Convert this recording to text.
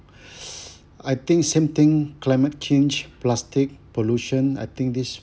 I think same thing climate change plastic pollution I think these